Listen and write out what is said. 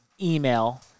email